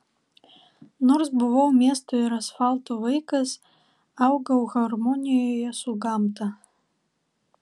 nors buvau miesto ir asfalto vaikas augau harmonijoje su gamta